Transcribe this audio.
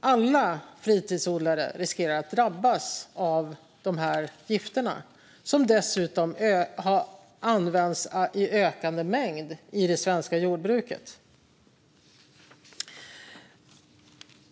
Alla fritidsodlare riskerar att drabbas av de här gifterna, som dessutom används i ökande mängd i det svenska jordbruket.